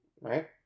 right